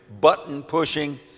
button-pushing